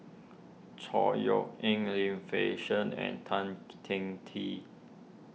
Chor Yeok Eng Lim Fei Shen and Tan Teng Tee